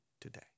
today